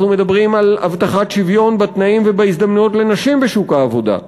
אנחנו מדברים על הבטחת שוויון בתנאים ובהזדמנויות לנשים בשוק העבודה,